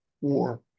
War